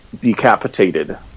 decapitated